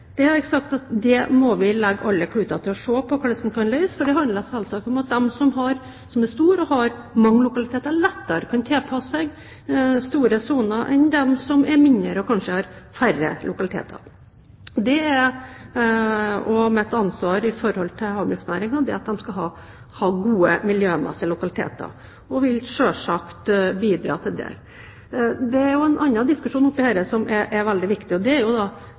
Jeg har sagt at vi må sette alle kluter til for å se på hvordan en kan løse dette, for det handler selvsagt om at de som er store, og som har mange lokaliteter, lettere kan tilpasse seg store soner enn dem som er mindre, og som kanskje har færre lokaliteter. Det er også mitt ansvar at havbruksnæringen skal ha gode miljømessige lokaliteter, og jeg vil selvsagt bidra til det. Det er også en annen diskusjon i tilknytning til dette som er veldig viktig. Det er,